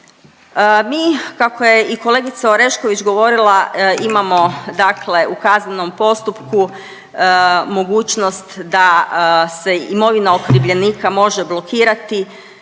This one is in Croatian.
Mi, kako je i kolegica Orešković govorila, imamo dakle u kaznenom postupku mogućnost da se imovina okrivljenika može blokirati